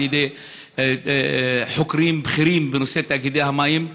ידי חוקרים בכירים בנושא תאגידי המים,